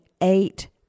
eight